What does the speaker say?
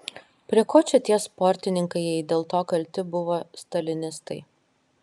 prie ko čia tie sportininkai jei dėl to kalti buvo stalinistai